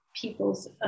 people's